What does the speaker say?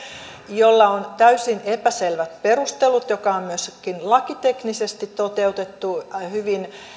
jolla on täysin epäselvät perustelut ja joka on myöskin lakiteknisesti toteutettu hyvin